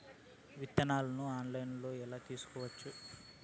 విత్తనాలను ఆన్లైన్లో ఎలా తీసుకోవచ్చు